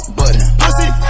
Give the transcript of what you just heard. button